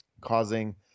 causing